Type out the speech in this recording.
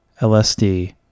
LSD